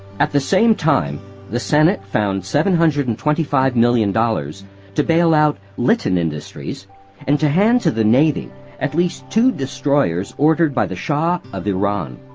at the same time the senate found seven hundred and twenty five million dollars to bail out litton industries and to hand to the navy at least two destroyers ordered by the shah of iran.